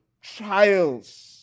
trials